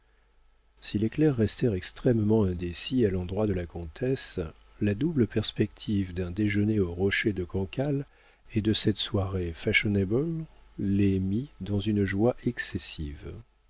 si les clercs restèrent extrêmement indécis à l'endroit de la comtesse la double perspective d'un déjeuner au rocher de cancale et de cette soirée fashionable les mit dans une joie excessive